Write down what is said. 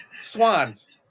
swans